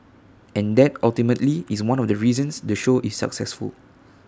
and that ultimately is one of the reasons the show is successful